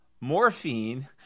morphine